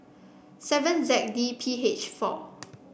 seven Z D P H four